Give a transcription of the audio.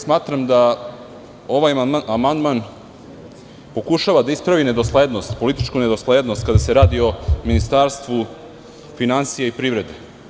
Smatram da ovaj amandman pokušava da ispravi političku nedoslednost, kada se radi o Ministarstvu finansija i privrede.